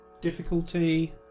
Difficulty